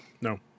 No